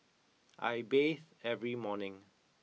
I bathe every morning